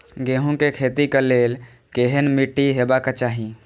गेहूं के खेतीक लेल केहन मीट्टी हेबाक चाही?